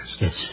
Yes